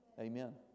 Amen